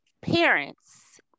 parents